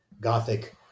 Gothic